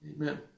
Amen